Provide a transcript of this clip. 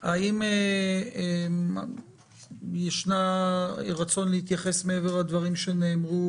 או להיות חברים בה."" האם יש רצון להתייחס מעבר לדברים שנאמרו?